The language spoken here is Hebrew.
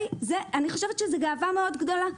אני חושבת שזו גאווה מאוד גדולה.